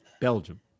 Belgium